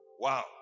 Wow